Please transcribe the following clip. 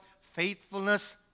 Faithfulness